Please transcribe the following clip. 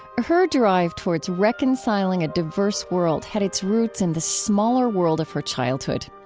her drive towards reconciling a diverse world had its roots in the smaller world of her childhood.